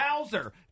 Bowser